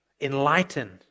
enlightened